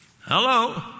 Hello